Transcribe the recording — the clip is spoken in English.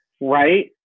Right